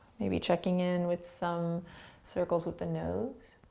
maybe checking in with some circles with the nose.